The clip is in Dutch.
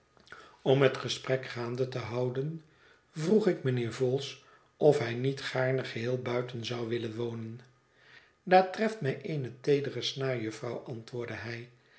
om het gesprek gaande te houden vroeg ik mijnheer vholes of hij niet gaarne geheel buiten zou willen wonen daar treft mij eene teedere snaar jufvrouw antwoordde hij